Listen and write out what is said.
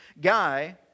guy